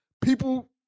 people